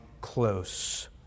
close